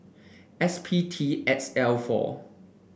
S P T X L four